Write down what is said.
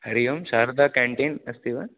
हरिः ओं शारदा केन्टीन् अस्ति वा